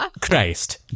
Christ